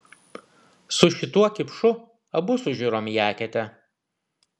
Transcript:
su šituo kipšu abu sužiurom į eketę